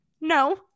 no